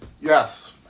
Yes